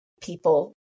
people